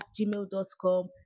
gmail.com